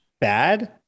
bad